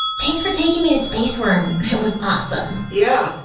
thanks for taking me to space worm, it was awesome. yeah,